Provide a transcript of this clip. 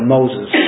Moses